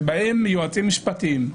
שבאים יועצים משפטיים,